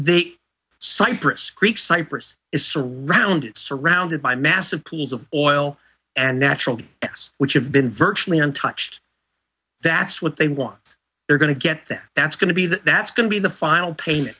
the cyprus creek cyprus is surrounded surrounded by massive pools of oil and natural gas which have been virtually untouched that's what they want they're going to get that that's going to be that that's going to be the final payment